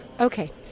Okay